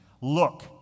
Look